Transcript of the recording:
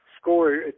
score